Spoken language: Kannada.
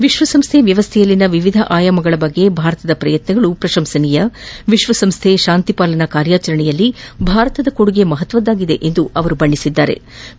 ವಿಶ್ವಸಂಸ್ಟೆ ವ್ನವಸ್ಥೆಯಲ್ಲಿನ ವಿವಿಧ ಆಯಾಮಗಳ ಕುರಿತಂತೆ ಭಾರತದ ಪ್ರಯತ್ನಗಳು ಪ್ರಶಂಸನೀಯ ವಿಶ್ವಸಂಸ್ಹೆ ಶಾಂತಿಪಾಲನಾ ಕಾರ್ಯಾಚರಣೆಯಲ್ಲಿ ಭಾರತದ ಕೊಡುಗೆ ಮಹತ್ತದ್ಲಾಗಿದೆ ಎಂದು ಅವರು ಹೇಳಿದ್ಲಾರೆ